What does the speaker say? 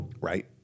Right